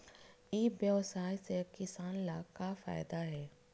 ई व्यवसाय से किसान ला का फ़ायदा हे?